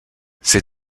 ses